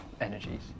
energies